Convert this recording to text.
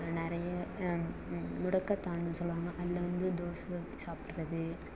நிறைய முடக்கட்டாத்தான்னு சொல்லுவாங்க அதில் வந்து தோசை சாப்பிட்றது